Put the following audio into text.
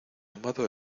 amado